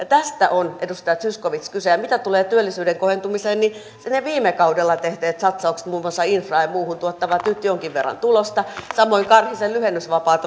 tästä on edustaja zyskowicz kyse ja mitä tulee työllisyyden kohentumiseen niin ne viime kaudella tehdyt tehdyt satsaukset muun muassa infraan ja muuhun tuottavat nyt jonkin verran tulosta samoin karhisen lyhennysvapaat